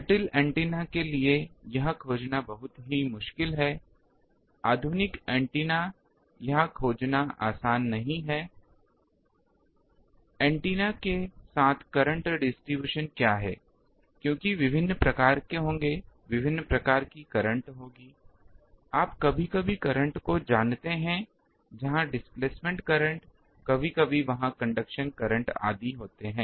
जटिल ऐन्टेना के लिए खोजना बहुत मुश्किल है आधुनिक ऐन्टेना यह खोज ना आसान नहीं है ऐन्टेना के साथ करंट वितरण क्या है क्योंकि विभिन्न प्रकार होंगे विभिन्न प्रकार की करंट होंगी आप कभी कभी करंट को जानते हैं जहां डिस्प्लेसमेंट करंट कभी कभी वहाँ कंडक्शन करंट आदि होते हैं